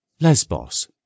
lesbos